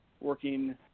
working